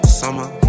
summer